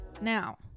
Now